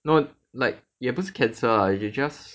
no like 也不是 cancel lah they just